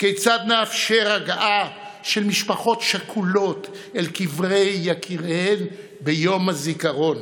כיצד נאפשר הגעה של משפחות שכולות אל קברי יקיריהן ביום הזיכרון